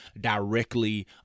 directly